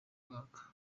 mwaka